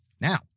Now